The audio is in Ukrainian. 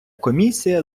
комісія